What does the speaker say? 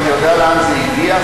ואני יודע לאן זה הגיע.